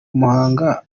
muhanga